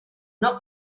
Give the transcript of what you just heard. not